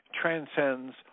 transcends